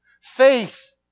Faith